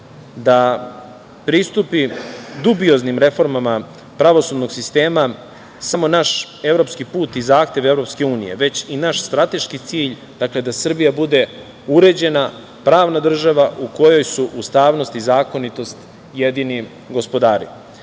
da pristupi dubioznim reformama pravosudnog sistema samo naš evropski put i zahtev EU, već i naš strateški cilj, da Srbija bude uređena, pravna država, u kojoj su ustavnost i zakonitost jedini gospodari. Znamo